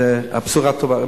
זו הבשורה הטובה.